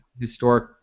historic